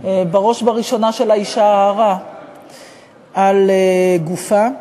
ובראש ובראשונה של האישה ההרה על גופה.